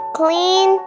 clean